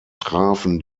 trafen